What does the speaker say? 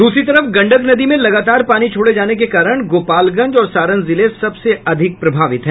दूसरी तरफ गंडक नदी में लगातार पानी छोड़े जाने के कारण गोपालगंज और सारण जिले सबसे अधिक प्रभावित हैं